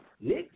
Nick